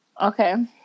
Okay